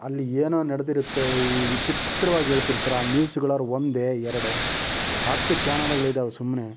ಅಲ್ಲಿ ಏನೋ ನಡೆದಿರುತ್ತೆ ಈ ವಿಚಿತ್ರವಾಗಿ ಹೇಳ್ತಿರ್ತಾರೆ ಆ ನ್ಯೂಸ್ಗಳವ್ರು ಒಂದೇ ಎರಡೇ ಹತ್ತು ಚಾನೆಲ್ಗಳಿವೆ ಸುಮ್ಮನೆ